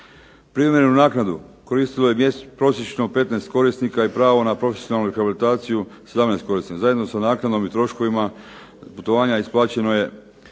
Privremenu naknadu koristilo je prosječeno 15 korisnika i pravo na profesionalnu rehabilitaciju 17 korisnika. Zajedno sa naknadom i troškovima putovanja isplaćeno 3